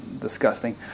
disgusting